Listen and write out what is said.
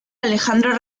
alejandro